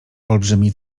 olbrzymi